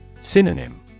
Synonym